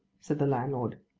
said the landlord.